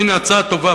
הנה הצעה טובה,